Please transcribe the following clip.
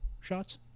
shots